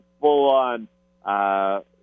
full-on